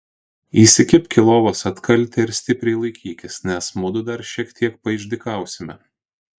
įsikibk į lovos atkaltę ir stipriai laikykis nes mudu dar šiek tiek paišdykausime